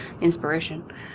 inspiration